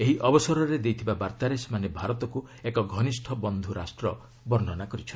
ଏହି ଅବସରରେ ଦେଇଥିବା ବାର୍ଭାରେ ସେମାନେ ଭାରତକୁ ଏକ ଘନିଷ୍ଠ ବନ୍ଧୁ ରାଷ୍ଟ୍ର ବର୍ଷନା କରିଛନ୍ତି